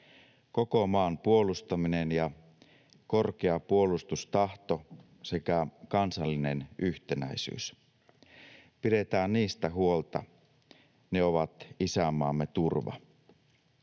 koko maan puolustaminen ja korkea puolustustahto sekä kansallinen yhtenäisyys. Pidetään niistä huolta. Ne ovat isänmaamme turva.